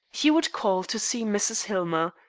he would call to see mrs. hillmer.